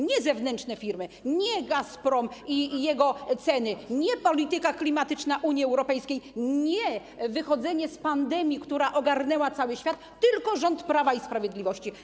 Nie zewnętrzne firmy, nie Gazprom i jego ceny, nie polityka klimatyczna Unii Europejskiej, nie wychodzenie z pandemii, która ogarnęła cały świat, tylko rząd Prawa i Sprawiedliwości.